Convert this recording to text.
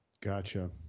Gotcha